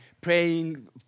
praying